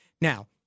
Now